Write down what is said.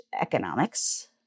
economics